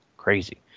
Crazy